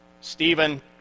Stephen